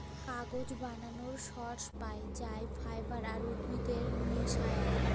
কাগজ বালালর সর্স পাই যাই ফাইবার আর উদ্ভিদের মিশায়া